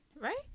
Right